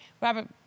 Robert